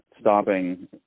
stopping